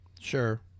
Sure